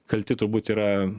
kalti turbūt yra